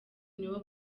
nibo